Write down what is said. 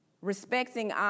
respecting